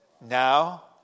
Now